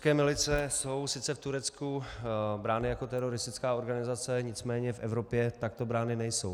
Kurdské milice jsou sice v Turecku brány jako teroristická organizace, nicméně v Evropě takto brány nejsou.